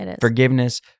forgiveness